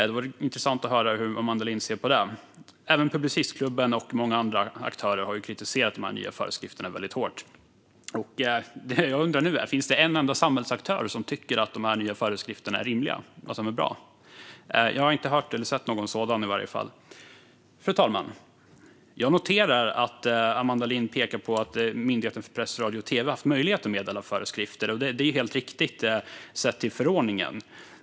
Det skulle vara intressant att höra hur Amanda Lind ser på det. Även Publicistklubben och många andra aktörer har kritiserat de nya föreskrifterna väldigt hårt. Det som jag undrar nu är om det finns en enda samhällsaktör som tycker att de nya föreskrifterna är rimliga och bra. Jag har i alla fall inte hört eller sett någon sådan. Fru talman! Jag noterar att Amanda Lind pekar på att Myndigheten för press, radio och TV har haft möjlighet att meddela föreskrifter, och det är helt riktigt sett till förordningen.